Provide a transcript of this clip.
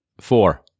Four